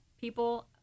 people